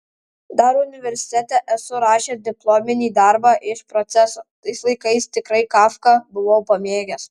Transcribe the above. dar universitete esu rašęs diplominį darbą iš proceso tais laikais tikrai kafką buvau pamėgęs